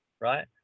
right